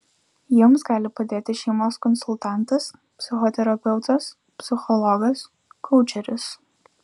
jums gali padėti šeimos konsultantas psichoterapeutas psichologas koučeris